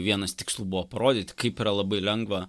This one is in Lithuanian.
vienas tikslų buvo parodyti kaip yra labai lengva